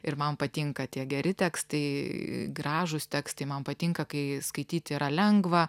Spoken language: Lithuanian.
ir man patinka tie geri tekstai gražūs tekstai man patinka kai skaityti yra lengva